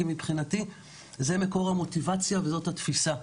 כי מבחינתי זה מקור המוטיבציה וזאת התפיסה.